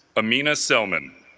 amina selman